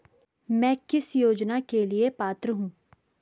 मैं किस योजना के लिए पात्र हूँ?